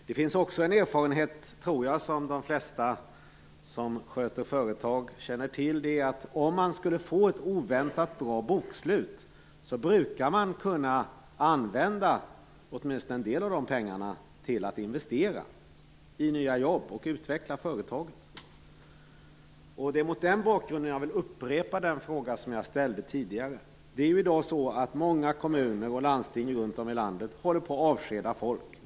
Det finns också en erfarenhet som jag tror att de flesta som sköter företag känner till. Det är att om man skulle få ett oväntat bra bokslut brukar man kunna använda åtminstone en del av de pengarna till att investera i nya jobb och att utveckla företaget. Det är mot den bakgrunden jag vill upprepa den fråga som jag ställde tidigare. Det är i dag så att många kommuner och landsting runt om i landet håller på och avskedar folk.